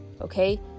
okay